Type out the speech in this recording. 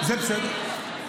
זה בסדר.